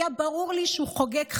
היה ברור לי שהוא חוגג חיים,